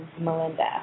Melinda